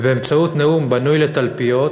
ובאמצעות נאום בנוי לתלפיות